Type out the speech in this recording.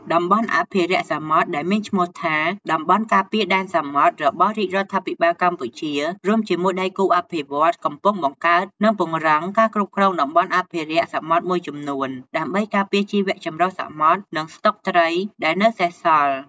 តំបន់អភិរក្សសមុទ្រ ដែលមានឈ្មោះថា តំបន់ការពារដែនសមុទ្រ របស់រាជរដ្ឋាភិបាលកម្ពុជា រួមជាមួយដៃគូអភិវឌ្ឍន៍ កំពុងបង្កើត និងពង្រឹងការគ្រប់គ្រងតំបន់អភិរក្សសមុទ្រមួយចំនួន ដើម្បីការពារជីវៈចម្រុះសមុទ្រ និងស្តុកត្រីដែលនៅសេសសល់។